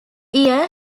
year